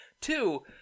two